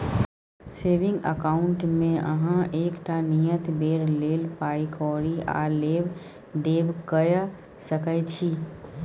saving अकाउंटमे अहाँ एकटा नियत बेर लेल पाइ कौरी आ लेब देब कअ सकै छी